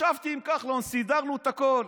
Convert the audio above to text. ישבתי עם כחלון, סידרנו את הכול.